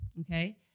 okay